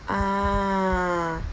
ah